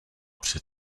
před